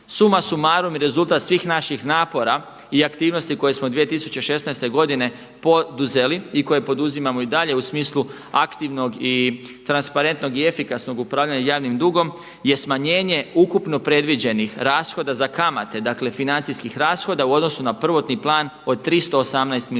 Suma sumarum i rezultat svih naših napora i aktivnosti koje smo 2016. godine poduzeli i koje poduzimamo i dalje u smislu aktivnog i transparentnog i efikasnog upravljanja javnim dugom je smanjenje ukupno predviđenih rashoda za kamate, dakle financijskih rashoda u odnosu na prvotni plan od 318 milijuna